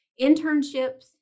Internships